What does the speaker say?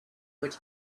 would